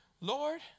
Lord